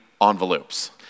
envelopes